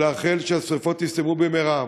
ולאחל שהשרפות יסתיימו במהרה.